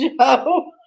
Joe